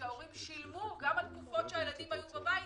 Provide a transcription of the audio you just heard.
שההורים שילמו גם על תקופות שהילדים היו בבית